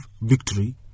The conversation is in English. victory